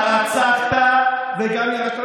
הרצחת וגם ירשת.